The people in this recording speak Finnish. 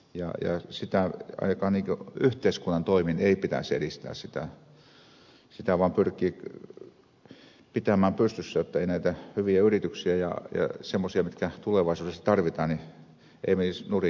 ja sitä yhteiskunnan toimin ei pitäisi edistää vaan pyrkiä pitämään pystyssä jotta näitä hyviä yrityksiä joita tulevaisuudessa tarvitaan ei menisi nurin